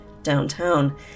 downtown